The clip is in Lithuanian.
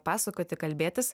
pasakoti kalbėtis